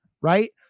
Right